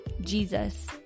Jesus